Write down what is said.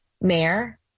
mayor